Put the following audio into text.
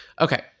Okay